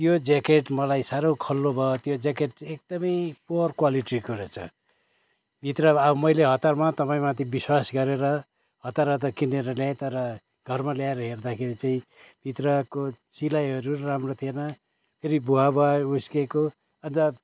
यो ज्याकेट मलाई साह्रो खल्लो भयो त्यो ज्याकेट एकदमै पुवर क्वालिटीको रहेछ भित्र अब मैले हतारमा तपाईँमाथि विश्वास गरेर हतार हतार किनेर ल्याएँ तर घरमा ल्याएर हेर्दाखेरि चाहिँ भित्रको सिलाईहरू राम्रो थिएन फेरि भुवा भुवा उस्केको अन्त